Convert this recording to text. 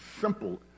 simple